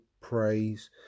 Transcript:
praise